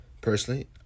Personally